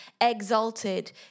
exalted